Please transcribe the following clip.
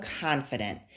confident